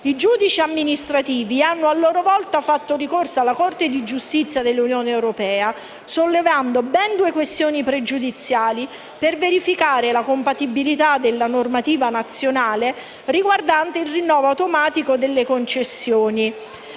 I giudici amministrativi hanno, a loro volta, fatto ricorso alla Corte di giustizia dell'Unione europea, sollevando ben due questioni pregiudiziali, per verificare la compatibilità della normativa nazionale riguardante il rinnovo automatico delle concessioni